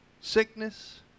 Sickness